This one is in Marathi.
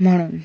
म्हणून